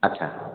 ଆଚ୍ଛା